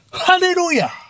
Hallelujah